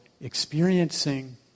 experiencing